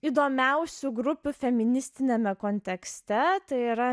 įdomiausių grupių feministiniame kontekste tai yra